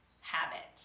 habit